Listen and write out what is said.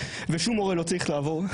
ששום הורה לא צריך לעבור.